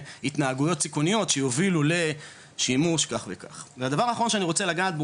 התנהגויות סיכוניות שיובילו לשימוש כך וכך והדבר האחרון שאני רוצה לגעת בו,